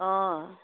অঁ